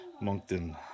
Moncton